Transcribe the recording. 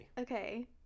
Okay